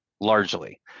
largely